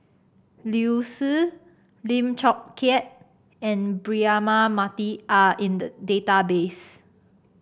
Liu Si Lim Chong Keat and Braema Mathi are in the database